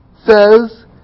says